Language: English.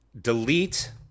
delete